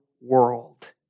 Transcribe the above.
world